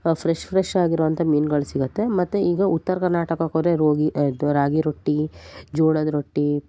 fresh fresh ಆಗಿರುವಂಥ ಮೀನುಗಳು ಸಿಗುತ್ತೆ ಮತ್ತು ಈಗ ಉತ್ತರ ಕರ್ನಾಟಕಕ್ಕೆ ಹೋದರೆ ರೋಗಿ ದ್ ರಾಗಿ ರೊಟ್ಟಿ ಜೋಳದ ರೊಟ್ಟಿ